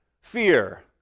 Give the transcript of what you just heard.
fear